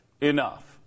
Enough